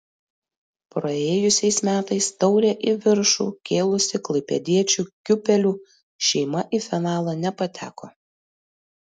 praėjusiais metais taurę į viršų kėlusi klaipėdiečių kiūpelių šeima į finalą nepateko